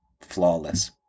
flawless